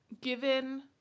given